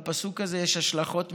לפסוק הזה יש השלכת מחייבות,